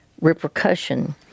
repercussion